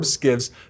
gives